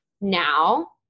now